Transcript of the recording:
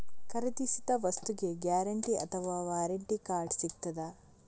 ಖರೀದಿಸಿದ ವಸ್ತುಗೆ ಗ್ಯಾರಂಟಿ ಅಥವಾ ವ್ಯಾರಂಟಿ ಕಾರ್ಡ್ ಸಿಕ್ತಾದ?